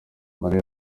mario